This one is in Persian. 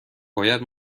باید